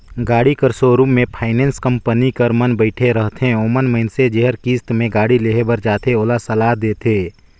गाड़ी कर सोरुम में फाइनेंस कंपनी कर मन बइठे रहथें ओमन मइनसे जेहर किस्त में गाड़ी लेहे बर जाथे ओला सलाह देथे